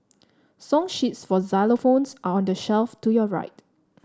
song sheets for xylophones are on the shelf to your right